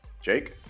Jake